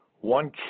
one